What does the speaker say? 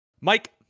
Mike